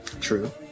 True